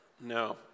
No